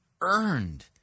earned